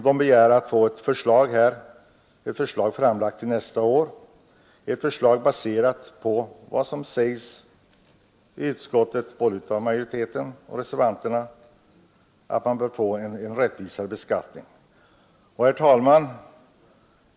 De begär bara att få ett förslag framlagt till nästa år, baserat på vad som sagts i utskottet av både majoriteten och reservanterna om att man bör få till stånd en mera rättvis beskattning.